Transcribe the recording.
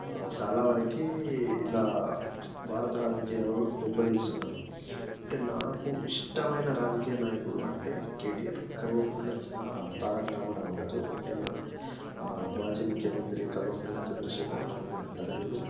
చాలా వరకి ఇలా భారత రాజకీయాలలో దెబ్బతీస్తున్నారు అంటే నాకు ఇష్టమైన రాజకీయ నాయకుడు అంటే కేటీఆర్ కల్వకుంట్ల తారక రామారావు గారు అంటే మన మాజీ ముఖ్యమంత్రి కల్వకుంట్ల చంద్రశేఖర్ రావు గారి తనయుడు